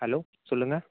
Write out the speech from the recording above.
hello சொல்லுங்கள்